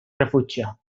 refugia